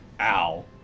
Ow